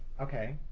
Okay